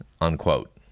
unquote